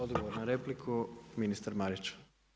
Odgovor na repliku ministar Marić.